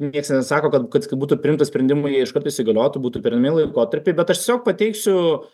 nieks nesako kad kad būtų priimta sprendimai jie iš karto įsigaliotų būtų pereinami laikotarpiai bet aš tiesiog pateiksiu